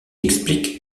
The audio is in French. explique